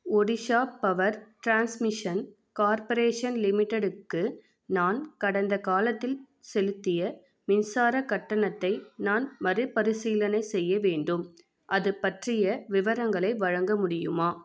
Odisha power transmission corporation லிமிட்டடுக்கு நான் கடந்த காலத்தில் செலுத்திய மின்சார கட்டணத்தை நான் மறுபரிசீலனை செய்ய வேண்டும் அதுபற்றிய விவரங்களை வழங்க முடியுமா